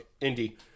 Indy